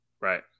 Right